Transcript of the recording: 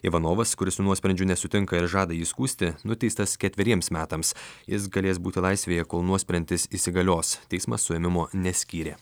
ivanovas kuris su nuosprendžiu nesutinka ir žada jį skųsti nuteistas ketveriems metams jis galės būti laisvėje kol nuosprendis įsigalios teismas suėmimo neskyrė